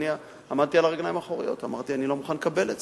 אני עמדתי על הרגליים האחוריות ואמרתי: אני לא מוכן לקבל את